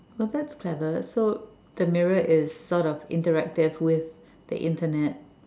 oh that's clever so the mirror is sort of interactive with the internet